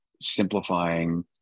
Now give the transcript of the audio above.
simplifying